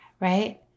Right